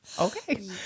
Okay